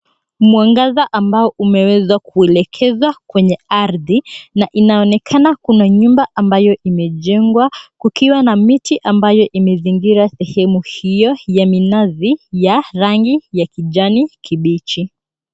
Mwangaza ambao umewezwa kuelekezwa kwenye ardhi na inaonekana kuna nyumba ambayo imejengwa kukiwa na miti ambayo imezingira sehemu hio ya minazi ya rangi ya kijani kibichi.